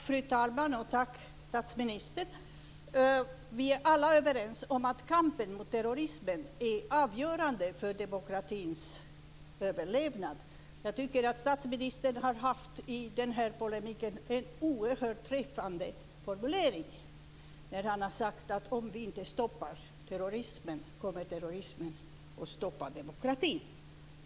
Fru talman! Tack, statsministern! Vi är alla överens om att kampen mot terrorismen är avgörande för demokratins överlevnad. Jag tycker att statsministern i den här polemiken har haft en oerhört träffande formulering när han har sagt att om vi inte stoppar terrorismen, kommer terrorismen att stoppa demokratin.